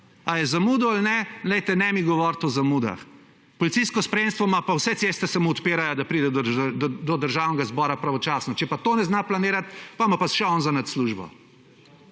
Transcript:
Ali je zamudil ali ne, poglejte, ne mi govoriti o zamudah. Policijsko spremstvo ima, pa vse ceste se mu odpirajo, da pride do Državnega zbora pravočasno. Če pa to ne zna planirati, potem ima pa še on zanič službo.